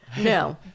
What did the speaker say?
No